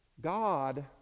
God